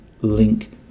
link